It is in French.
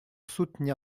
soutenir